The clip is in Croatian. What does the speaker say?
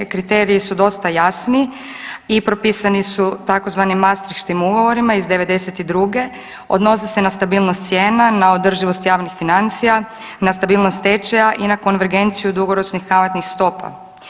Kriteriji su dosta jasni i propisani su tzv. mastriškim ugovorima iz '92., odnose se na stabilnost cijena, na održivost javnih financija, na stabilnost tečaja i na konvergenciju dugoročnih kamatnih stopa.